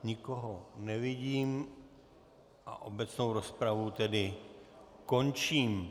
Nikoho nevidím, obecnou rozpravu tedy končím.